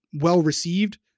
well-received